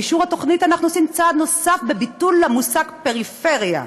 באישור התוכנית אנחנו עושים צעד נוסף בביטול המושג פריפריה.